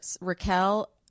Raquel